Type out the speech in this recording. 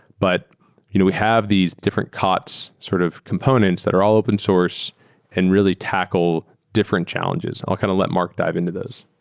but you know we have these different kots sort of components that are all open source and really tackle different challenges. i'll kind of let marc dive into those.